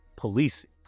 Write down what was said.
policing